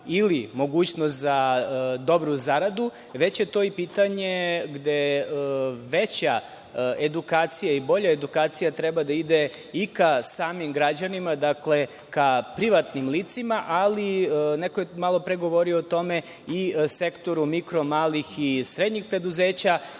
ili mogućnost za dobru zaradu već je to i pitanje gde je veća edukacija i bolja edukacija treba da ide i ka samim građanima, dakle ka privatnim licima, ali neko je malopre govorio o tome i ka sektoru mikro, malih i srednjih preduzeća.